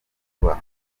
vuba